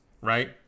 right